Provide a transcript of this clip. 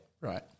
Right